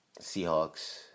Seahawks